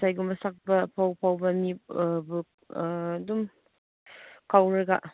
ꯏꯁꯩꯒꯨꯝꯕ ꯁꯛꯄ ꯑꯐꯥꯎ ꯑꯐꯥꯎꯕ ꯃꯤ ꯑꯗꯨꯝ ꯀꯧꯔꯒ